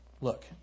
Look